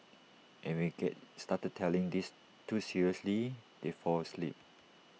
and we start telling this too seriously they fall asleep